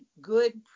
good